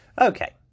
Okay